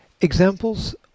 Examples